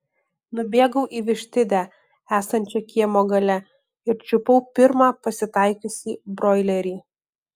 nubėgau į vištidę esančią kiemo gale ir čiupau pirmą pasitaikiusį broilerį